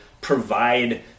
provide